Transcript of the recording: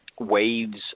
waves